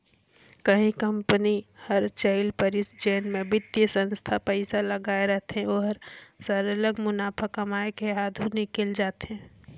कहीं कंपनी हर चइल परिस जेन म बित्तीय संस्था पइसा लगाए रहथे ओहर सरलग मुनाफा कमाए के आघु निकेल जाथे